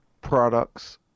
products